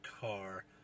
car